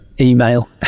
email